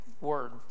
word